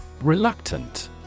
Reluctant